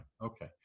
Okay